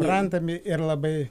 randami ir labai